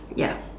ya